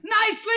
Nicely